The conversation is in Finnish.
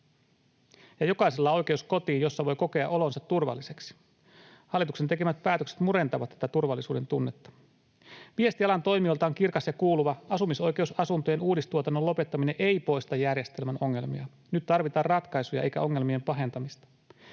ja jokaisella on oikeus kotiin, jossa voi kokea olonsa turvalliseksi. Hallituksen tekemät päätökset murentavat tätä turvallisuudentunnetta. Viesti alan toimijoilta on kirkas ja kuuluva: asumisoikeusasuntojen uudistuotannon lopettaminen ei poista järjestelmän ongelmia. Nyt tarvitaan ratkaisuja eikä ongelmien pahentamista.